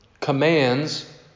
Commands